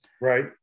Right